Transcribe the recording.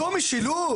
זאת משילות?